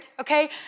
okay